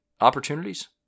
opportunities